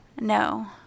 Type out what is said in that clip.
No